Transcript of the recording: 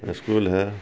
school ہے